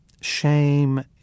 shame